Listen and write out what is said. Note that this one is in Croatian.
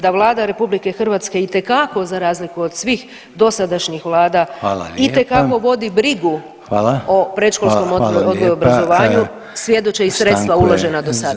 Da Vlada RH itekako za razliku od svih dosadašnjih vlada itekako [[Upadica: Hvala lijepa.]] vodi brigu o predškolskom [[Upadica: Hvala.]] odgoju i obrazovanju [[Upadica: Hvala lijepa.]] svjedoče i sredstva uložena dosada.